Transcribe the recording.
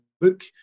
book